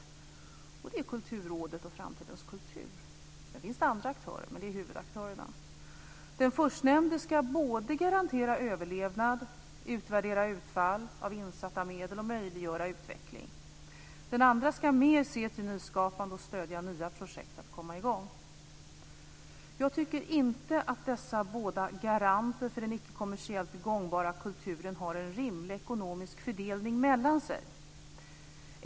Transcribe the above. De är Kulturrådet och Framtidens kultur. Det finns också andra aktörer, men dessa är huvudaktörerna. Den förstnämnda ska garantera överlevnad, utvärdera utfall av insatta medel och möjliggöra utveckling. Den andra ska mer se till nyskapande och stödja igångsättning av nya projekt. Jag tycker inte att dessa båda garanter för den icke kommersiellt gångbara kulturen har en rimlig ekonomisk fördelning mellan sig.